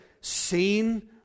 seen